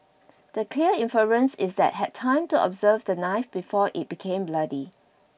the clear inference is that had time to observe the knife before it became bloody